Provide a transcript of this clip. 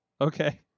Okay